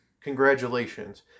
Congratulations